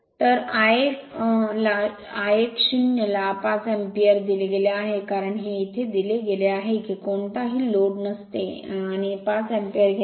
तर Il 0 ला 5 ampere दिले गेले आहे कारण येथे हे दिले गेले आहे की कोणतेही लोड नसते आणि 5 अँपिअर घेते